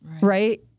right